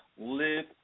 live